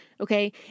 okay